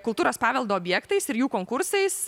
kultūros paveldo objektais ir jų konkursais